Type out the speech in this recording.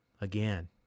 Again